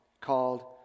called